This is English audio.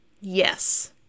Yes